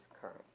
current